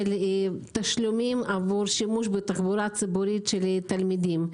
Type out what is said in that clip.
תשלומים עבור שימוש בתחבורה ציבורית של תלמידים,